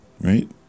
right